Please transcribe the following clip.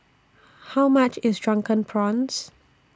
How much IS Drunken Prawns